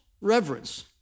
reverence